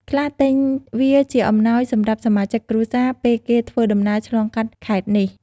ខ្លះទិញវាជាអំណោយសម្រាប់សមាជិកគ្រួសារ ពេលគេធ្វើដំណើរឆ្លងកាត់ខេត្តនេះ។